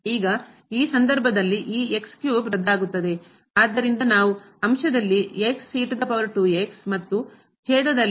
ಆದ್ದರಿಂದ ನಾವು ಅಂಶದಲ್ಲಿ ಮತ್ತು ಛೇದ ದಲ್ಲಿ ಅನ್ನು ಹೊಂದಿದ್ದೇವೆ